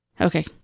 Okay